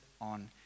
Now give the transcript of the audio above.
on